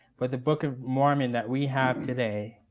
but the book of mormon that we have today,